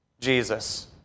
Jesus